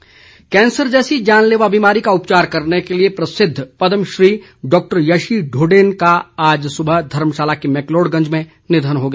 निधन कैंसर जैसी जानलेवा बीमारी का उपचार करने के लिए प्रसिद्ध पद्मश्री डॉक्टर यशी ढोडेन का आज सुबह धर्मशाला के मैकलोडगंज में निधन हो गया